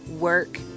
work